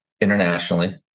internationally